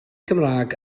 cymraeg